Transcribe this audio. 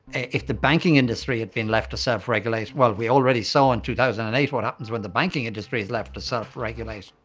and if the banking industry had been left to self-regulate? well, we already saw in two thousand and eight what happens when the banking industry is left to self-regulate.